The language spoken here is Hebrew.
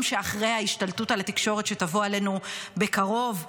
שאחרי ההשתלטות על התקשורת שתבוא עלינו בקרוב?